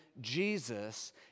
Jesus